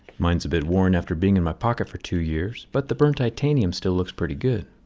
mine's a bit worn after being in my pocket for two years, but the burnt titanium still looks pretty good.